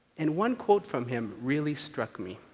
and one quote from him really struck me.